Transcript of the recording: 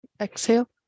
Exhale